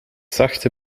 zachte